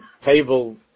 Table